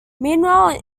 meanwhile